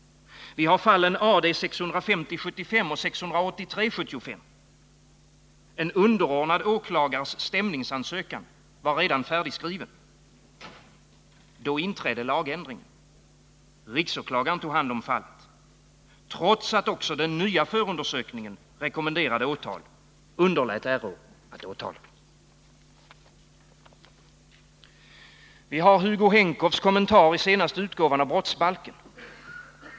Vi har fallen AD 650 75. En underordnad åklagares stämningsansökan var redan färdigskriven. Då inträdde lagändringen. RÅ tog hand om fallet. Trots att också den nya förundersökningen rekommenderade åtal underlät RÅ att åtala. Vi har Hugo Henkows kommentar i senaste utgåvan av brottsbalken.